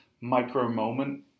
micro-moment